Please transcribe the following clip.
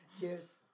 Cheers